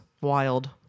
wild